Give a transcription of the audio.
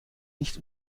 nicht